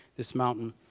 this mountain.